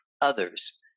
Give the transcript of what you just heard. others